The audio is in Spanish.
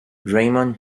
raymond